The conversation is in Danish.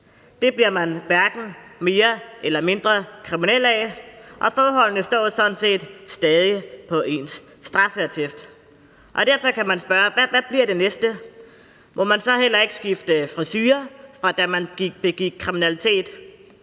Det bliver man hverken mere eller mindre kriminel af, og forholdene står sådan set stadig på ens straffeattest. Derfor kan man spørge: Hvad bliver det næste? Må man så heller ikke skifte frisure, fra da man begik kriminalitet?